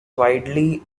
widely